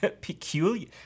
Peculiar